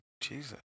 Jesus